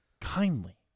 Kindly